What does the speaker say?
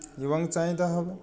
এবং চাহিদা হবে